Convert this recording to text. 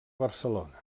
barcelona